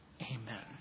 Amen